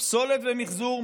פסולת ומחזור,